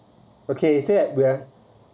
okay I said we have